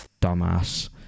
dumbass